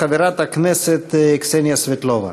חברת הכנסת קסניה סבטלובה.